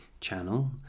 channel